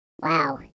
Wow